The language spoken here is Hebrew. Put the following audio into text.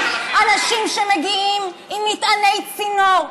אנשים שמגיעים עם מטעני צינור,